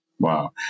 Wow